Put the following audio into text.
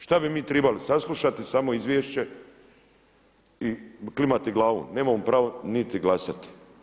Šta bi mi trebali saslušati samo izvješće i klimati glavom, nemamo pravo niti glasat.